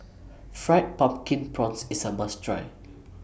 Fried Pumpkin Prawns IS A must Try